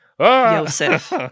Joseph